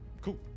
Cool